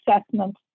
assessment